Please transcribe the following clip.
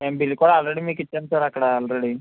మేము బిల్ కూడా ఆల్రెడీ మీకు ఇచ్చాము సార్ అక్కడ ఆల్రెడీ